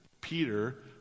Peter